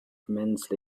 immensely